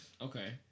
Okay